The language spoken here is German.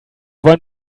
wollen